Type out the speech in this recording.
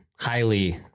Highly